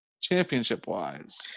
championship-wise